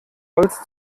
holz